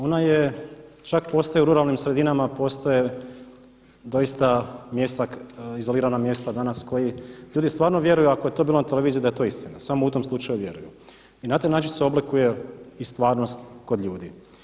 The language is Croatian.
Ona je čak postaje u ruralnim sredinama, postoje mjesta izolirana mjesta danas koji ljudi stvarno vjeruju ako je to bilo na televiziji da je to istina, samo u tom slučaju vjeruju i na taj način se oblikuje i stvarnost kod ljudi.